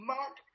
Mark